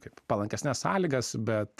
kaip palankesnes sąlygas bet